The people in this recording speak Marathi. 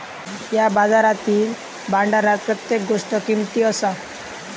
या बाजारातील भांडारात प्रत्येक गोष्ट किमती असा